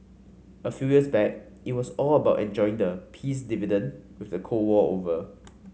a few years back it was all about enjoying the peace dividend with the Cold War over